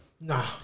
Nah